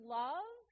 love